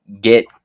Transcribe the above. get